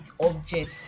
object